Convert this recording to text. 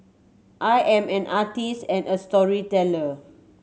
I am an artist and a storyteller